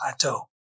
plateau